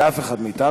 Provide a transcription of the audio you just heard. לאף אחד מאתנו.